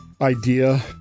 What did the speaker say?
idea